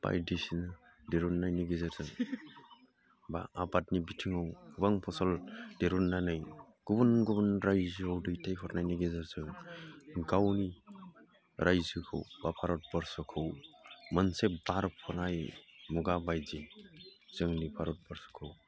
बायदिसिना दिहुननायनि गेजेरजों बा आबादनि बिथिङाव गोबां फसल दिहुननानै गुबुन गुबुन रायजोआव दैथायहरनायनि गेजेरजों गावनि रायजोखौ बा भारतबर्सखौ मोनसे बारफुनाय मुगा बायदि जोंनि भारतबर्सखौ